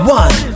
one